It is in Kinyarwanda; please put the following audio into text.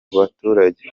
baturage